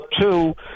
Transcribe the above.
two